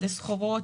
מדדי סחורות,